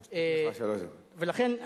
לכן,